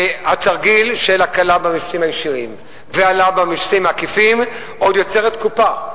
התרגיל של הקלה במסים הישירים והעלאה במסים העקיפים עוד יוצר קופה.